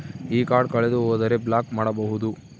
ಈ ಕಾರ್ಡ್ ಕಳೆದು ಹೋದರೆ ಬ್ಲಾಕ್ ಮಾಡಬಹುದು?